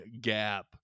gap